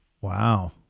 Wow